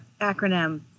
acronym